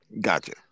Gotcha